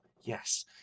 Yes